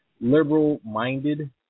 liberal-minded